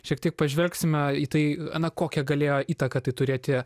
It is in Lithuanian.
šiek tiek pažvelgsime į tai na kokią galėjo įtaką tai turėti